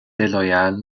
déloyale